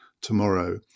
tomorrow